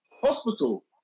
Hospital